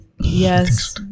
Yes